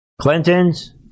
Clinton's